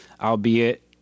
albeit